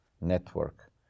Network